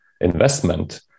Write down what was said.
investment